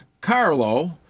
Carlo